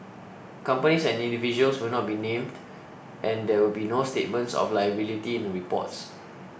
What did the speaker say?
companies and individuals will not be named and there will be no statements of liability in the reports